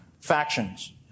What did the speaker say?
factions